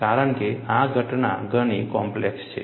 કારણ કે આ ઘટના ઘણી કોમ્પ્લેક્સ છે